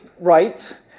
rights